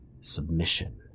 submission